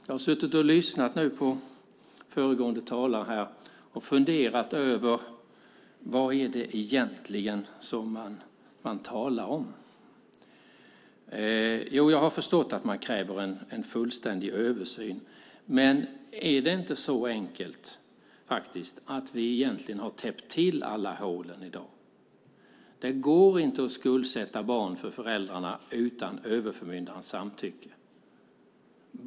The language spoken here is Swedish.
Jag har lyssnat på föregående talare och funderat över vad det är man talar om. Jag har förstått att man kräver en fullständig översyn, men är det inte så enkelt att vi har täppt till alla hål? Föräldrar kan inte skuldsätta barn utan överförmyndares samtycke.